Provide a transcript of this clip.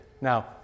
Now